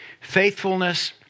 Faithfulness